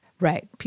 Right